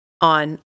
on